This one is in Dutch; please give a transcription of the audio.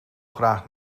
graag